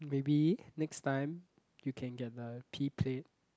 maybe next time you can get the P plate